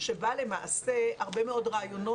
שבה למעשה הרבה מאוד רעיונות,